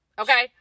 okay